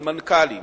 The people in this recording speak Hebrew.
על מנכ"לים